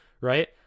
right